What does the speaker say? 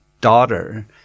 daughter